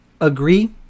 agree